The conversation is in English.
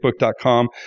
Facebook.com